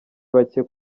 bacye